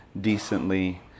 decently